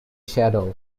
shadow